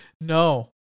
no